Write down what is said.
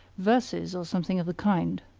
verses, or something of the kind?